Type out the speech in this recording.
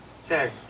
Sir